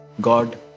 God